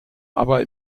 aber